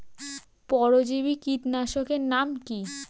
পরজীবী কীটনাশকের নাম কি?